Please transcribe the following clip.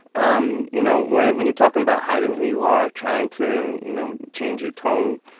um you know, when when you're talking about hiding who you are trying to, you know, change your tone,